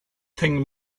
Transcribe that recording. thing